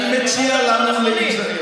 אתה אומר דברים לא נכונים.